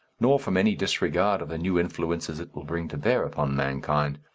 nor from any disregard of the new influences it will bring to bear upon mankind.